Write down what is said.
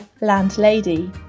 landlady